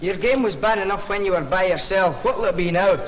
your game was bad enough when you were by yourself what libby you know